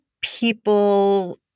people